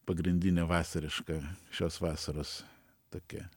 pagrindinė vasariška šios vasaros tokia